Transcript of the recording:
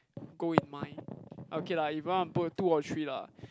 goal in mind okay lah if you want to put two or three lah